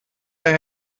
der